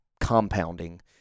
compounding